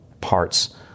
parts